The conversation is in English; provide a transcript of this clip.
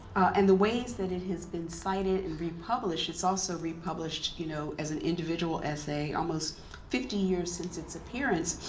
and the ways that it has been cited and republished, it's also republished you know as an individual essay almost fifty years since its appearance.